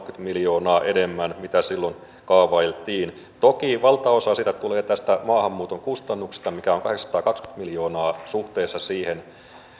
miljoonaa enemmän kuin silloin kaavailtiin toki valtaosa siitä tulee tästä maahanmuuton kustannuksesta mikä on kahdeksansataakaksikymmentä miljoonaa suhteessa siihen